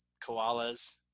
koalas